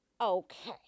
Okay